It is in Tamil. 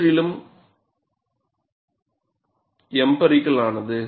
முற்றிலும் எம்பிரிக்கல் ஆனது